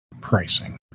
pricing